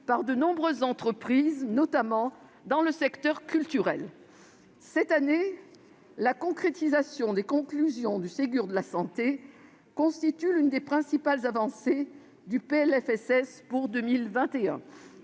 par de nombreuses entreprises, notamment dans le secteur culturel. La concrétisation des conclusions du Ségur de la santé constitue l'une des principales avancées du PLFSS pour 2021.